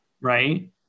right